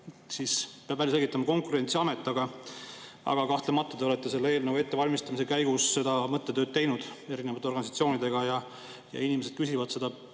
selle peab välja selgitama Konkurentsiamet. Aga kahtlemata te olete selle eelnõu ettevalmistamise käigus teinud mõttetööd koos erinevate organisatsioonidega. Inimesed küsivad väga